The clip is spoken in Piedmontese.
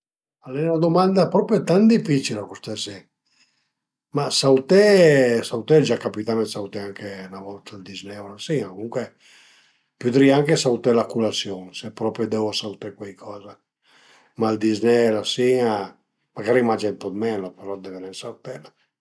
Al e 'na dumanda prop tant dificila custa si, ma sauté sauté, al e gia capitame dë sauté anche üna volta ël dizné u la sin-a comuncue pudrìa anche sauté la culasiun se propi deu sauté cuaicoza, ma ël dizné u la sin-a, magari mange ën po dë menu però deve nen sautela